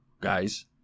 guys